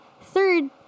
third